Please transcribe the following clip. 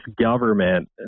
government